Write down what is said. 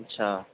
اچھا